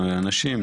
אנשים,